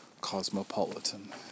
cosmopolitan